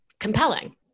Compelling